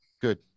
Good